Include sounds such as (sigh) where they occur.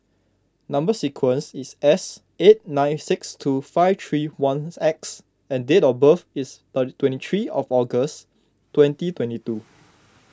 Number Sequence is S eight nine six two five three one X and date of birth is twenty three August twenty twenty two (noise)